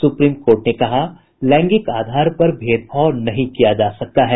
supreme court ने कहा लैंगिक आधार पर भेदभाव नहीं किया जा सकता है